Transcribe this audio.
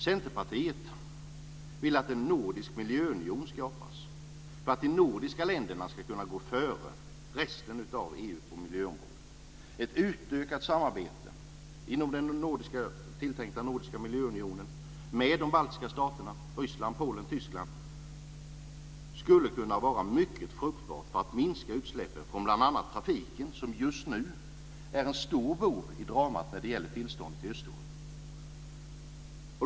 Centerpartiet vill att en nordisk miljöunion skapas för att de nordiska länderna ska kunna gå före resten av EU på miljöområdet. Ett utökat samarbete i den tilltänkta nordiska miljöunionen med de baltiska staterna, Ryssland, Polen och Tyskland, skulle kunna vara mycket fruktbart för att minska utsläppen från bl.a. trafiken som just nu är en stor bov i dramat när det gäller tillståndet i Östersjön.